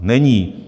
Není!